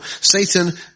Satan